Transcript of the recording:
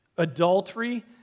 Adultery